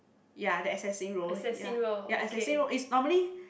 ya the assessing role ya ya assessing role is normally